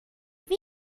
wie